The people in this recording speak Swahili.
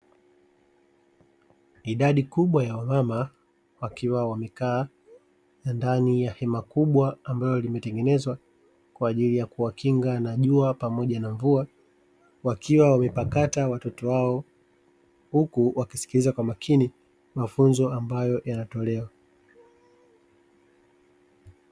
Idadi kubwa ya wamama wakiwa wamekaa ndani ya hema kubwa ambayo limetengenezwa kwa ajili ya kuwakinga na jua pamoja na mvua, wakiwa wamepakata watoto wao huku wakisikiliza kwa makini mafunzo ambayo yanatolewa.